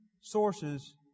sources